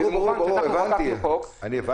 כמובן שחוקקנו חוק --- ברור,